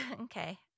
Okay